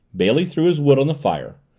bailey threw his wood on the fire,